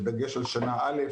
בדגש על שנה א',